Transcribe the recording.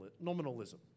nominalism